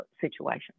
situation